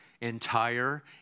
entire